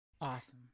Awesome